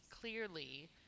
clearly